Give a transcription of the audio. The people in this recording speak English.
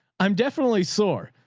i'm definitely sore.